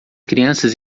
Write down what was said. crianças